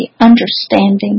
understanding